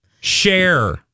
share